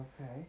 Okay